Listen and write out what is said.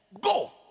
Go